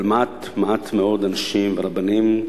אבל מעט מאוד אנשים, רבנים,